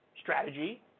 strategy